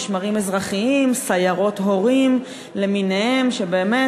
משמר אזרחי, סיירות הורים למיניהם, שבאמת